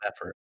effort